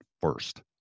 first